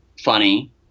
funny